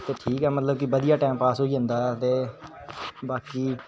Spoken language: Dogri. फिर ठीक ऐ मतलब कि बधिया टाइम पास होई जंदा दे बाकी